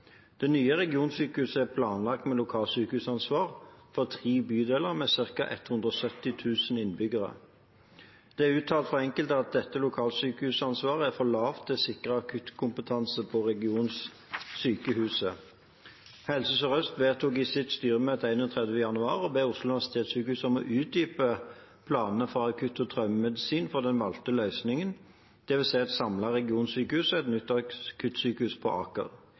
Det nye regionsykehuset er planlagt med lokalsykehusansvar for tre bydeler, med ca. 170 000 innbyggere. Det er uttalt fra enkelte at dette lokalsykehusansvaret er for lavt til å sikre akuttkompetanse ved regionsykehuset. Helse Sør-Øst vedtok i sitt styremøte 31. januar å be Oslo universitetssykehus om å utdype planene for akutt- og traumemedisin for den valgte løsningen, dvs. ett samlet regionsykehus og ett nytt akuttsykehus på Aker.